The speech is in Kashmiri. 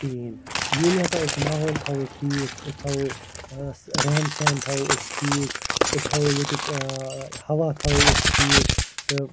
کِہیٖنۍ ییٚلہِ ہَسا أسۍ ماحول تھاوو ٹھیٖک أسۍ تھاوو ٲں رہن سہن تھاوو أسۍ ٹھیٖک أسۍ تھاوو ییٚتیٛک ٲں ہوا تھاوو أسۍ ٹھیٖک تہٕ